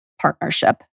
partnership